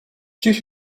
dziś